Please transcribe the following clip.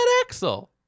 Axel